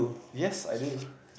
yes I do